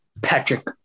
Patrick